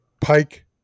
Pike